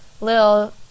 little